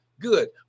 Good